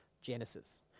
Genesis